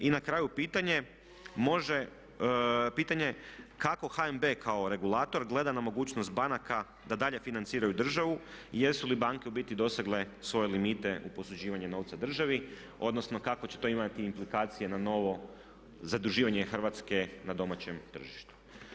I na kraju pitanje, kako HNB kao regulator gleda na mogućnost banaka da dalje financiraju državu i jesu li banke u biti dosegle svoje limite u posuđivanju novca državi odnosno kako će to imati implikacije na novo zaduživanje Hrvatske na domaćem tržištu.